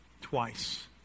Twice